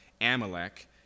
Amalek